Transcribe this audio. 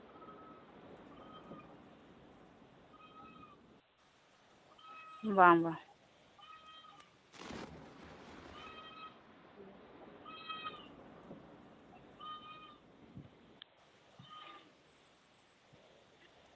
ᱵᱟᱝ ᱵᱟᱝ